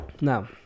Now